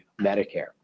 Medicare